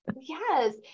Yes